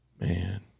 Man